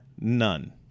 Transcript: None